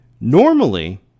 Normally